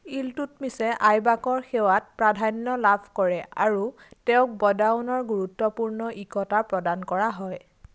ইলতুৎমিছে আইবাকৰ সেৱাত প্ৰাধান্য লাভ কৰে আৰু তেওঁক বদাউনৰ গুৰুত্বপূৰ্ণ ইকতা প্ৰদান কৰা হয়